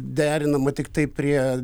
derinama tiktai prie